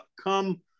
come